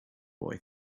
boy